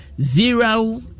zero